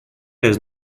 does